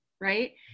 Right